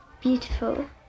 beautiful